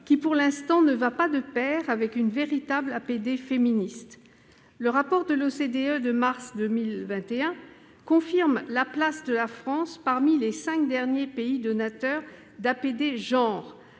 qui, pour l'instant, ne va pas de pair avec une véritable APD féministe. Le rapport de l'OCDE, de mars 2021 confirme la place de la France parmi les cinq derniers pays donateurs d'APD « genre